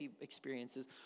experiences